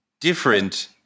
different